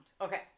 Okay